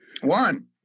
One